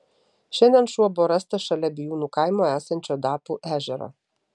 šiandien šuo buvo rastas šalia bijūnų kaimo esančio dapų ežero